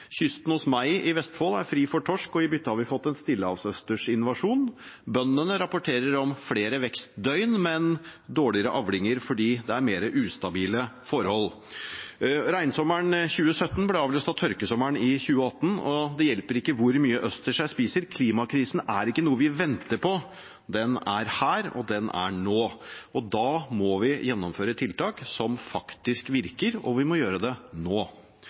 Kysten hos meg i Vestfold er fri for torsk, og i bytte har vi fått en stillehavsøstersinvasjon. Bøndene rapporterer om flere vekstdøgn, men dårligere avlinger fordi det er mer ustabile forhold. Regnsommeren i 2017 ble avløst av tørkesommeren i 2018. Det hjelper ikke hvor mye østers jeg spiser – klimakrisen er ikke noe vi venter på. Den er her, og den er nå. Da må vi gjennomføre tiltak som faktisk virker, og vi må gjøre det nå.